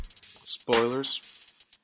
spoilers